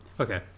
Okay